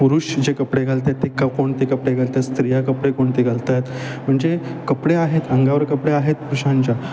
पुरुष जे कपडे घालत आहेत ते क् कोणते कपडे घालत आहेत स्त्रिया कपडे कोणते घालत आहेत म्हणजे कपडे आहेत अंगावर कपडे आहेत पुरुषांच्या